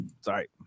Sorry